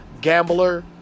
gambler